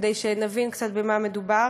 כדי שנבין קצת במה מדובר,